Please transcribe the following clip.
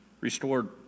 restored